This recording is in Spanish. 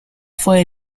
fue